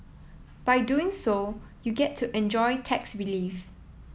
by doing so you get to enjoy tax relief